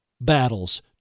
battles